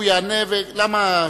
למה?